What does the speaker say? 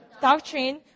Doctrine